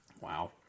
Wow